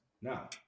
now